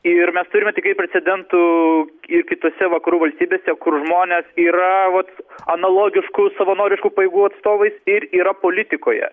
ir mes turime tikrai precedentų ir kitose vakarų valstybėse kur žmonės yra vot analogiškų savanoriškų pajėgų atstovais ir yra politikoje